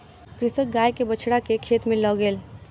कृषक गाय के बछड़ा के खेत में लअ गेल